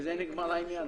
ובזה נגמר העניין.